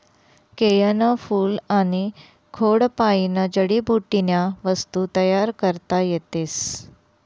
केयनं फूल आनी खोडपायीन जडीबुटीन्या वस्तू तयार करता येतीस